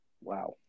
Wow